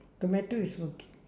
tomato is okay